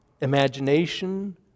imagination